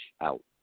out